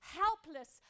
helpless